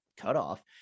cutoff